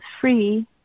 free